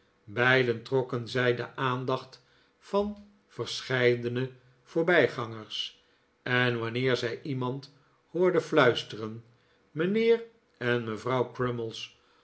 beiden trokken zij de aandacht van verscheidene voorbij gangers en wanneerzij iemand hoorden fluisteren mijnheer en mevrouw